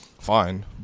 Fine